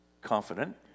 confident